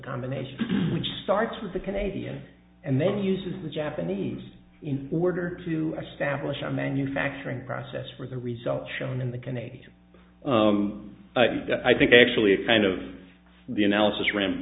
combination which starts with the canadian and then uses japanese word to stablish a manufacturing process for the results shown in the canadian i think actually a kind of the analysis ram